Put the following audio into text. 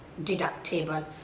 deductible